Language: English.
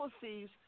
policies